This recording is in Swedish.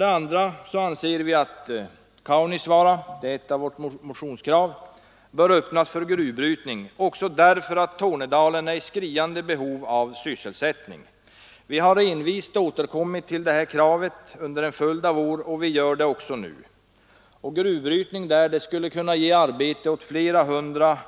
Ett av våra motionskrav är att Kaunisvaara skall öppnas för gruvbrytning — också därför att Tornedalen är i skriande behov av sysselsättning. Vi har envist återkommit till det kravet under en följd av år, och vi gör det också nu. Gruvbrytningen skulle ge arbete åt flera hundra